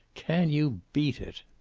can you beat it?